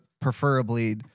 preferably